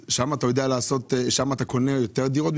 שם אתה קונה יותר דירות?